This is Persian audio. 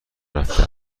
رفته